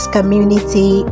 Community